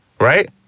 right